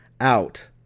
out